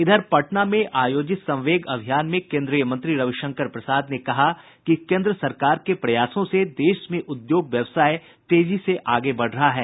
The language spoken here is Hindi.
इधर पटना में आयोजित संवेग अभियान में केन्द्रीय मंत्री रविशंकर प्रसाद ने कहा कि केन्द्र सरकार के प्रयासों से देश में उद्योग व्यवसाय तेजी से आगे बढ़ रहा है